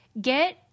get